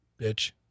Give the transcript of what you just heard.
Bitch